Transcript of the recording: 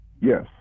Yes